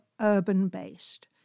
urban-based